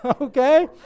okay